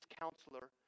counselor